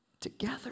together